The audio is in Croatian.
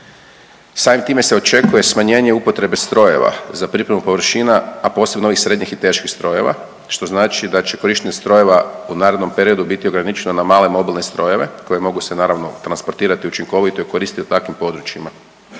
samim tim se očekuje smanjenje upotrebe strojeva za pripremu površina, a posebno ovih srednjih i teških strojeva što znači da će korištenje strojeva u narednom periodu biti ograničeno na male mobilne strojeve koji mogu se naravno transportirati učinkovito i koristiti u takvim područjima.